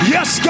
Yes